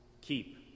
Keep